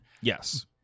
yes